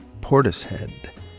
Portishead